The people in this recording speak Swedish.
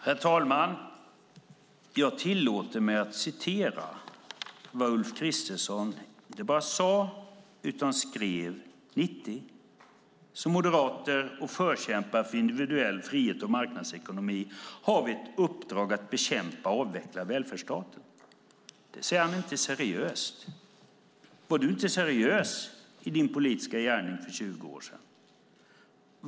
Herr talman! Jag tillåter mig att citera vad Ulf Kristersson inte bara sade utan skrev 1990: "Som moderater och förkämpar för individuell frihet och marknadsekonomi har vi ett uppdrag att bekämpa och avveckla välfärdsstaten." Det säger Ulf Kristersson inte är seriöst. Var du inte seriös i din politiska gärning för 20 år sedan, Ulf Kristersson?